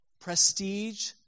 prestige